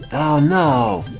oh no